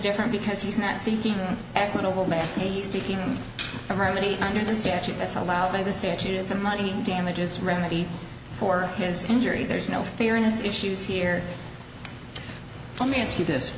different because he's not seeking equitable manner he's seeking from any under the statute that's allowed by the statute is a money damages remedy for his injury there's no fairness issues here for me ask you this